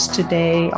today